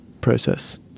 process